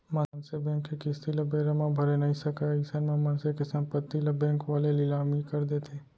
मनसे बेंक के किस्ती ल बेरा म भरे नइ सकय अइसन म मनसे के संपत्ति ल बेंक वाले लिलामी कर देथे